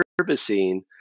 servicing